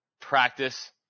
Practice